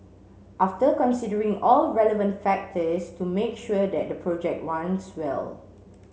after considering all relevant factors to make sure that the project runs well